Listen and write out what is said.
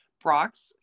Brock's